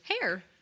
hair